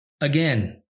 again